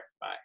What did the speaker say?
Bye